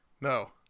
No